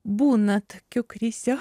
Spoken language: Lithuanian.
būna tokių krizių